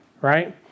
right